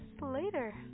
later